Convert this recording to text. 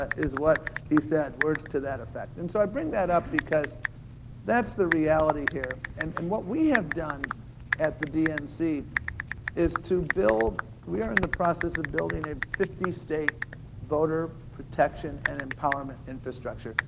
is what he said, words to that effect. and so i bring that up because that's the reality here. and and what we have done at the dnc is to build, we are in the process of building a fifty state voter protection and empowerment infrastructure.